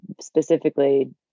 specifically